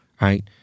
Right